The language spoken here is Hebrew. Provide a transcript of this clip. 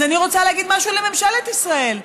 אז אני רוצה להגיד משהו לממשלת ישראל: